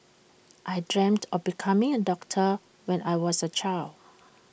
I dreamt of becoming A doctor when I was A child